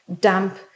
damp